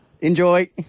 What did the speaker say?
Enjoy